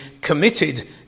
committed